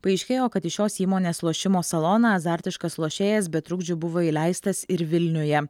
paaiškėjo kad į šios įmonės lošimo saloną azartiškas lošėjas be trukdžių buvo įleistas ir vilniuje